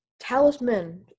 talisman